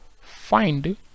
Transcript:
Find